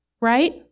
right